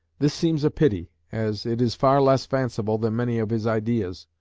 this seems a pity, as it is far less fanciful than many of his ideas,